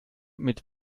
mit